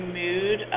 mood